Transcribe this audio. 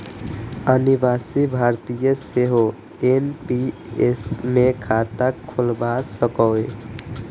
अनिवासी भारतीय सेहो एन.पी.एस मे खाता खोलाए सकैए